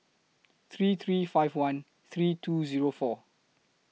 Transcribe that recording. three three five one three two Zero four